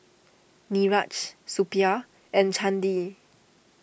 Niraj Suppiah and Chandi